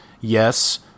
Yes